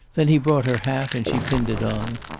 then he brought her hat, and she pinned it on.